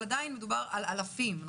אבל עדיין דובר על אלפים.